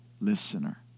Listener